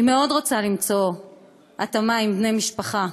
והיא מאוד רוצה למצוא התאמה עם בני משפחה.